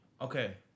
Okay